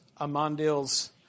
Amandil's